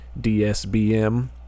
DSBM